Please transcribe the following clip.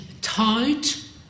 tight